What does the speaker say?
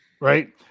right